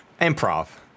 Improv